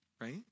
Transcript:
right